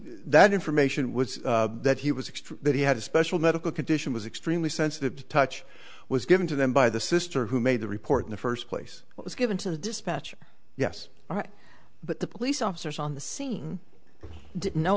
that information was that he was extra that he had a special medical condition was extremely sensitive to touch was given to them by the sister who made the report in the first place it was given to the dispatcher yes all right but the police officers on the scene did know